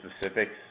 specifics